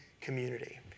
community